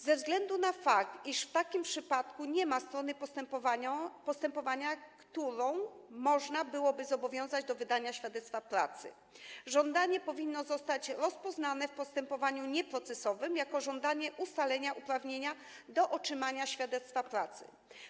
Ze względu na fakt, iż w takim przypadku nie ma strony postępowania, którą można byłoby zobowiązać do wydania świadectwa pracy, żądanie powinno zostać rozpoznane w postępowaniu nieprocesowym jako żądanie ustalenia uprawnienia do otrzymania świadectwa pracy.